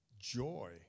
joy